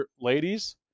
ladies